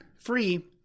free